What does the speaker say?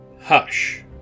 Hush